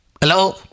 Hello